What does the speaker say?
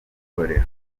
y’itorero